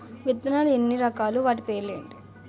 విత్తనాలు ఎన్ని రకాలు, వాటి పేర్లు ఏంటి?